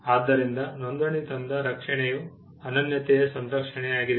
ಆದ್ದರಿಂದ ನೋಂದಣಿ ತಂದ ರಕ್ಷಣೆಯು ಅನನ್ಯತೆಯ ಸಂರಕ್ಷಣೆಯಾಗಿದೆ